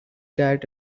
that